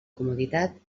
comoditat